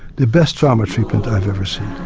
the best trauma treatment i've ever seen.